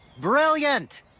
Brilliant